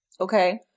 Okay